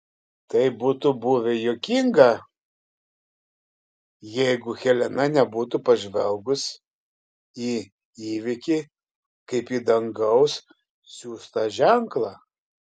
tai būtų buvę juokinga jeigu helena nebūtų pažvelgus į įvykį kaip į dangaus siųstą ženklą